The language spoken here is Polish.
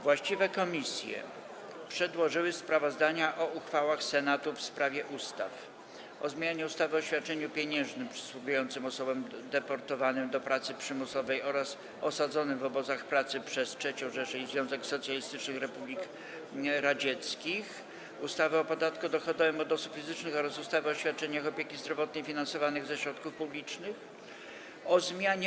Właściwe komisje przedłożyły sprawozdania o uchwałach Senatu w sprawie ustaw: - o zmianie ustawy o świadczeniu pieniężnym przysługującym osobom deportowanym do pracy przymusowej oraz osadzonym w obozach pracy przez III Rzeszę i Związek Socjalistycznych Republik Radzieckich, ustawy o podatku dochodowym od osób fizycznych oraz ustawy o świadczeniach opieki zdrowotnej finansowanych ze środków publicznych, - o zmianie